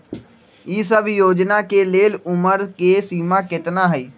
ई सब योजना के लेल उमर के सीमा केतना हई?